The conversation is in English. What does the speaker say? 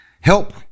Help